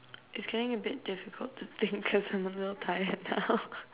it's getting a bit difficult to think because I'm a little tired now